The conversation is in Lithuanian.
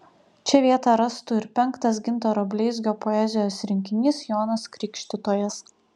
čia vietą rastų ir penktas gintaro bleizgio poezijos rinkinys jonas krikštytojas